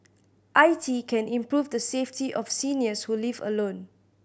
I T can improve the safety of seniors who live alone